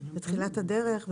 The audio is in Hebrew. בתחילת הדרך,